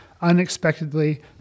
unexpectedly